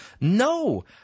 No